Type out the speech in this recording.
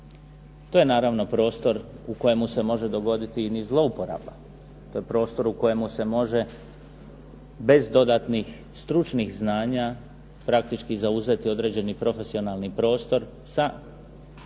To je naravno prostor u kojemu se može dogoditi i niz zlouporaba. To je prostor u kojemu se može bez dodatnih stručnih znanja praktički zauzeti određeni profesionalni prostor sa